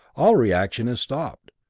all reaction is stopped.